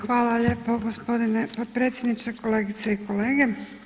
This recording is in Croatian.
Hvala lijepo gospodine potpredsjedniče, kolegice i kolege.